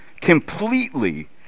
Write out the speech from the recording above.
completely